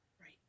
right